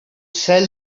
sell